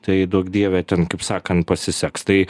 tai duok dieve ten kaip sakant pasiseks tai